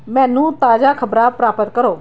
ਮੈਨੂੰ ਤਾਜ਼ਾ ਖ਼ਬਰਾਂ ਪ੍ਰਾਪਤ ਕਰੋ